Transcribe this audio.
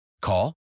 Call